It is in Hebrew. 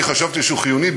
אני חשבתי שהוא חיוני,